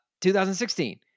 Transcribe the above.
2016